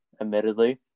admittedly